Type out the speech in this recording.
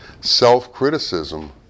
self-criticism